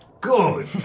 Good